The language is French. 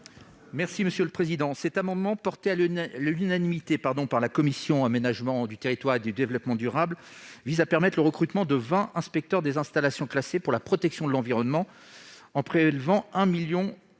l'amendement n° II-94. Cet amendement, adopté à l'unanimité par la commission de l'aménagement du territoire et du développement durable, vise à permettre le recrutement de vingt inspecteurs des installations classées pour la protection de l'environnement en prélevant 1,2 million d'euros